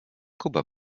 kuba